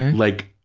like,